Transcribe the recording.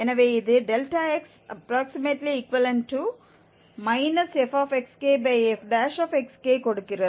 எனவே இது ∆x≈ ff கொடுக்கிறது